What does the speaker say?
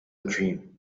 dream